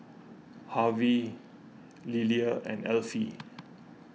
Harvy Lilia and Elfie